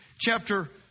chapter